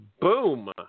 Boom